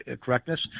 correctness